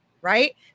right